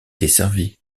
desservie